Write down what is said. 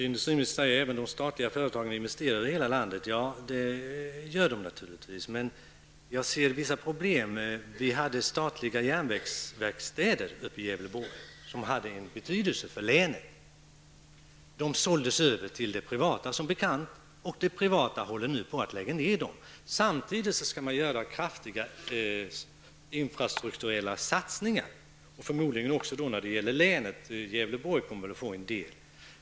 Industriministern säger att även de statliga företagen investerar i hela landet. Det gör de naturligtvis, men jag ser vissa problem. Vi hade tidigare statliga järnvägsverkstäder i Gävleborg. De hade betydelse för länet. De såldes som bekant till privata företag, och de håller nu på att lägga ned dem. Samtidigt skall kraftiga infrastrukturella satsningar göras, förmodligen även när det gäller länet. Gävleborg kommer att få en del.